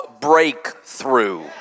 breakthrough